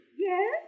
Yes